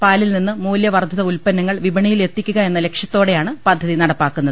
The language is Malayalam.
പാലിൽ നിന്ന് മൂല്ല്യവർധിത ഉൽപ്പ ന്നങ്ങൾ വിപണിയിൽ എത്തിക്കുക എന്ന ലക്ഷ്യത്തോടെയാണ് പദ്ധതി നടപ്പാക്കുന്നത്